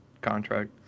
contract